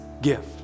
gift